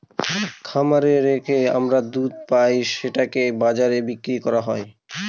খামারে রেখে আমরা দুধ পাই সেটাকে বাজারে বিক্রি করা হয়